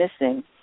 missing